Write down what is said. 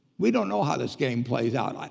we don't know how this game plays out.